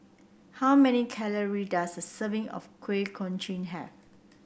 how many calorie does a serving of Kuih Kochi have